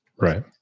Right